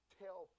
tell